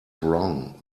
wrong